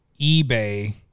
eBay